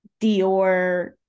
Dior